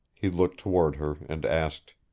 he looked toward her and asked